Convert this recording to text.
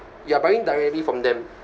you are buying directly from them